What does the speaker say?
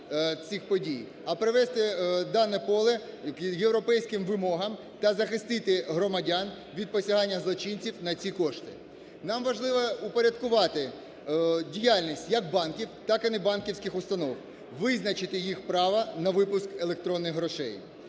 а привести дане поле к європейським вимогам та захистити громадян від посягання злочинців на ці кошти. Нам важливо упорядкувати діяльність як банків, так і небанківських установ, визначити їх право на випуск електронних грошей.